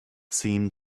seemed